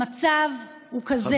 המצב הוא כזה שבעיניי,